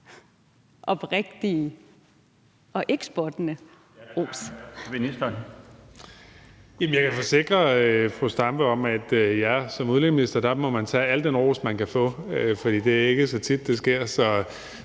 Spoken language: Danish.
oprigtige og ikke spottende ros.